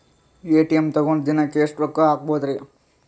ATM ತಗೊಂಡ್ ದಿನಕ್ಕೆ ಎಷ್ಟ್ ರೊಕ್ಕ ಹಾಕ್ಬೊದ್ರಿ?